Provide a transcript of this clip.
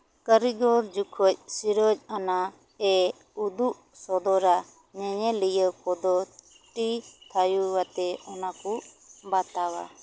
ᱠᱟᱨᱤᱜᱚᱞ ᱡᱚᱠᱷᱮᱡ ᱥᱤᱨᱟᱹᱡᱽ ᱟᱱᱟᱜ ᱮ ᱩᱫᱩᱜ ᱥᱚᱫᱚᱨᱟ ᱧᱮᱧᱮᱞᱤᱭᱟᱹ ᱠᱚᱫᱚ ᱛᱤ ᱛᱷᱟᱭᱳ ᱟᱛᱮ ᱚᱱᱟᱠᱚ ᱵᱟᱛᱟᱣᱟ